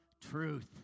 truth